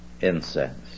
incense